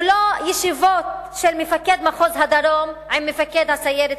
הוא לא ישיבות של מפקד מחוז הדרום עם מפקד הסיירת